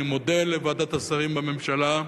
אני מודה לוועדת השרים בממשלה.